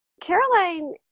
Caroline